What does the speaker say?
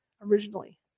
originally